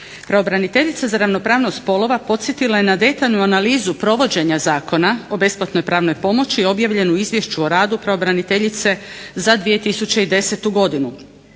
Pravobraniteljica za ravnopravnost spolova podsjetila je na detaljnu analizu provođenja Zakona o besplatnoj pravnoj pomoći objavljenu u Izvješću o radu pravobraniteljice za 2010. godinu